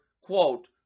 quote